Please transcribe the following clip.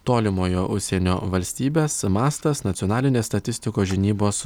tolimojo užsienio valstybes mastas nacionalinės statistikos žinybos